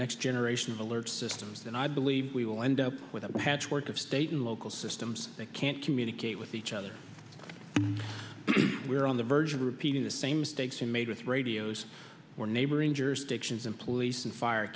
next generation of alert systems then i believe we will end up with a patchwork of state and local systems that can't communicate with each other we're on the verge of repeating the same mistakes we made with radios or neighboring jurisdictions and police and fire